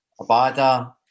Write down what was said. Abada